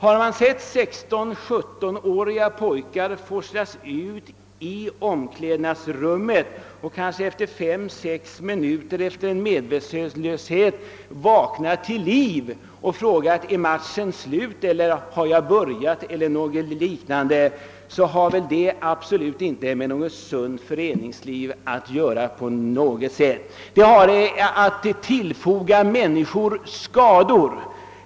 Jag har sett 16—17-åriga pojkar forslas ut till omklädnadsrummet och kanske minuter senare sett dem vakna till liv igen ur sin medvetslöshet och hört dem fråga, om matchen slutat eller om de hunnit börja boxas. Då tycker man inte att boxning har med idrott eller fostrande och stärkande föreningsliv att göra.